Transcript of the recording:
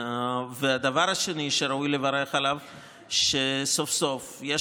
הדבר השני שראוי לברך עליו הוא שסוף-סוף יש